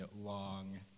long